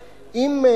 פחות או יותר: אם לא